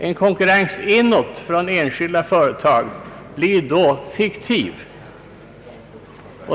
En konkurrens inåt från enskilda företag blir då fiktiv.